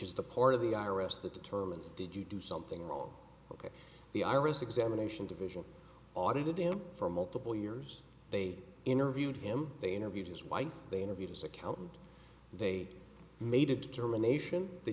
is the part of the i r s that determines did you do something wrong the iris examination division audited him for multiple years they interviewed him they interviewed his wife they interviewed his accountant they made a determination that